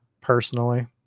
personally